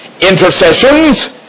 intercessions